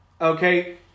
Okay